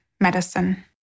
medicine